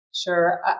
Sure